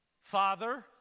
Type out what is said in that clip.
Father